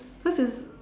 because it's